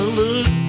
look